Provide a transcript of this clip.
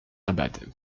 abad